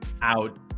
out